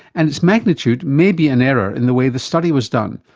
and its magnitude may be an error in the way the study was done,